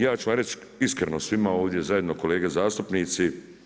Ja ću vam reći iskreno svima ovdje zajedno kolege zastupnici.